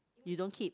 you don't keep